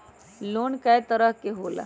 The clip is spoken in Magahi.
लोन कय तरह के होला?